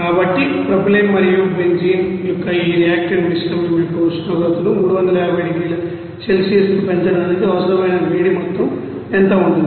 కాబట్టి ప్రొపైలిన్ మరియు బెంజీన్ యొక్క ఈ రియాక్టెంట్ మిశ్రమం యొక్క ఈ ఉష్ణోగ్రతను 350 డిగ్రీల సెల్సియస్కి పెంచడానికి అవసరమైన వేడి మొత్తం ఎంత ఉంటుంది